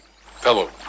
Fellow